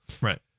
right